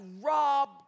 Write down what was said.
rob